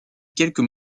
quelques